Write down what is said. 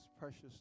precious